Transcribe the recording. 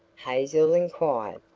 hazel inquired.